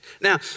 Now